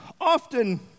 Often